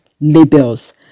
labels